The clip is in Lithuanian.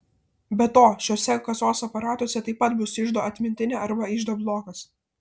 be to šiuose kasos aparatuose taip pat bus iždo atmintinė arba iždo blokas